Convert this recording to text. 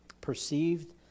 Perceived